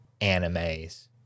animes